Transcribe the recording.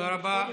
תוך 24 שעות?